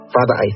Father